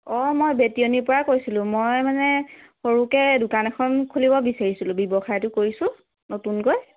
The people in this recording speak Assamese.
অ মই বেটিয়নিৰ পৰা কৈছিলোঁ মই মানে সৰুকৈ দোকান এখন খুলিব বিচাৰিছিলোঁ ব্যৱসায়টো কৰিছোঁ নতুনকৈ